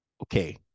Okay